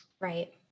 Right